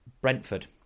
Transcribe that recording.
Brentford